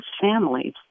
families